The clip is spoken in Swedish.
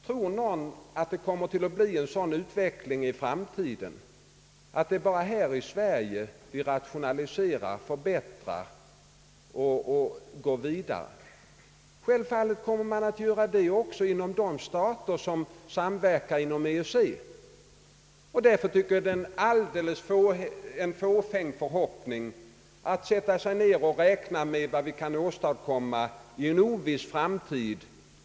Tror någon att det kommer att bli en sådan utveckling i framtiden, att det bara är här i Sverige vi rationaliserar, förbättrar och går vidare? Självfallet kommer man att göra det också inom de stater som samverkar inom EEC. Därför tycker jag att det är alldeles fåfängt att sätta sig ned och räkna på vad vi kan åstadkomma i en oviss framtid.